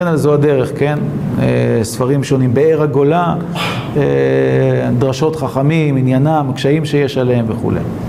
וכן על זו הדרך, כן, ספרים שונים, באר הגולה, דרשות חכמים, עניינם, הקשיים שיש עליהם וכולי.